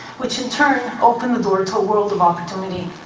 which in turn, opened the door to a world of opportunity.